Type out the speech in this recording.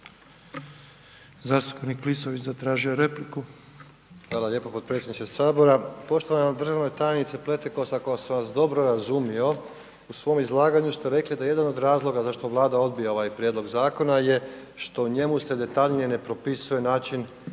je repliku. **Klisović, Joško (SDP)** Hvala lijepo potpredsjedniče Sabora. Poštovana državna tajnice Pletikosa, ako sam vas dobro razumio, u svom izlaganju ste rekli da jedan od razloga zašto Vlada odbija ovaj prijedlog zakona je što u njemu se detaljnije ne propisuje način